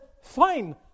fine